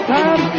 time